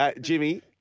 Jimmy